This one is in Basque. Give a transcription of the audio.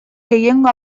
gehiengo